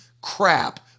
crap